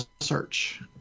search